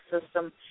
system